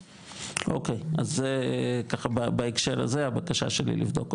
אוקי, אז ככה, בהקשר הזה, הבקשה שלי לבדוק.